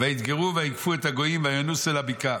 ויתגרו ויגפו את הגויים וינוסו אל הבקעה.